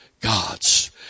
gods